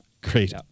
Great